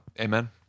Amen